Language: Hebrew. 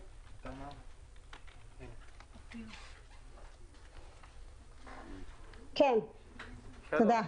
בבקשה.